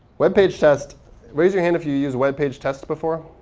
web page test raise your hand if you've used web page test before.